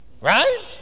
Right